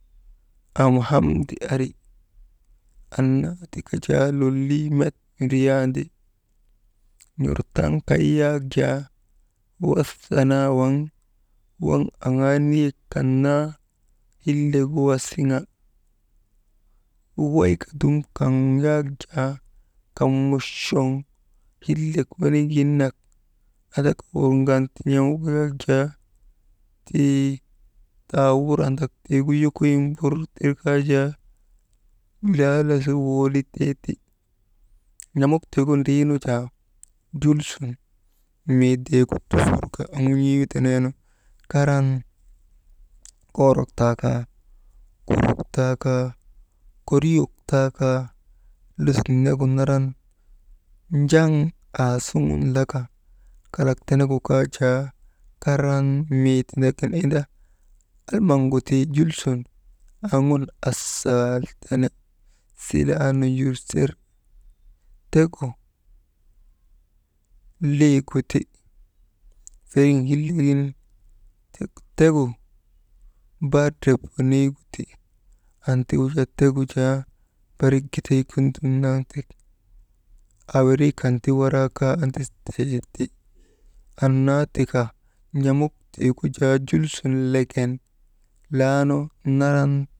Am hamdi ari annaa tika met lolii windriyandi, n̰ortaŋ kay yak jaa wasa naa waŋ waŋ aŋaa niyek kan naa hillegu wasiŋa, wukoy ka dum kaŋ yak jaa kaŋ muchoŋ andaka ti wurŋan ti n̰amuk yak jaa tii tawurandak tiigu ti wokoyin bur tir kaajaa laala su woolitee ti, n̰amuk tiigu ndriinu jaa jul sun miitiigu drufonka aŋun̰ii teneenu, karan koorok taa kaa «hesitation» koriyok taa kaa, listik negu naran njaŋ aasuŋun laka kalak tenegu kaa jaa karan mii tindagin inda almaŋgu tii jul sun aŋun asaal tene, silaa nunjurser tegu, liiguti feriŋ hillegin, tegu bar ndrp weneyigu ti, anti wujaa tegu jaa barik giday gin dum naŋtek, aawiriikan ti waraa kaa andistee ti, annaa tika n̰amuk tiigu jaa jul sun legen, laanu naran.